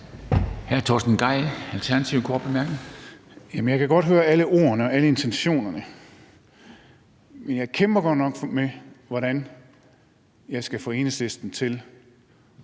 17:17 Torsten Gejl (ALT): Jeg kan godt høre alle ordene og alle intentionerne, men jeg kæmper godt nok med, hvordan jeg skal få Enhedslisten til